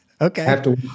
Okay